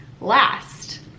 last